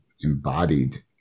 embodied